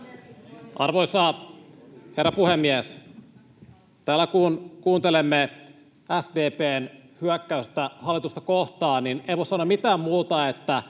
Arvoisa herra puhemies! Täällä kun kuuntelemme SDP:n hyökkäystä hallitusta kohtaan, niin ei voi sanoa mitään muuta kuin